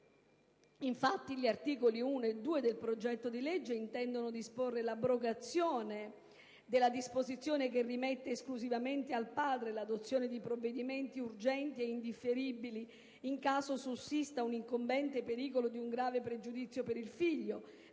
infatti gli articoli 1 e 2 del disegno di legge mirano a disporre l'abrogazione della disposizione che rimette esclusivamente al padre l'adozione di provvedimenti urgenti e indifferibili in caso sussista l'incombente pericolo di un grave pregiudizio per il figlio